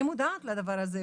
אני מודעת לדבר הזה.